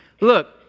look